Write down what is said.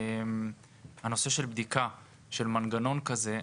לגבי הנושא של בדיקה של מנגנון כזה,